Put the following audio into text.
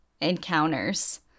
encounters